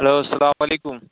hello السّلام علیکم